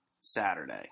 Saturday